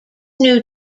new